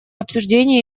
обсуждения